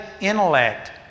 intellect